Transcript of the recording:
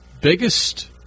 biggest